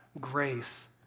grace